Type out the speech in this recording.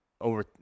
over